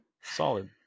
Solid